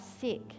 sick